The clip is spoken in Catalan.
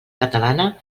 catalana